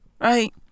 Right